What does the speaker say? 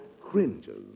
cringes